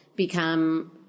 become